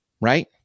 right